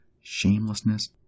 shamelessness